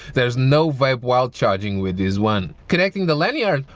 there's no vibe while charging with his one connecting the lanyard.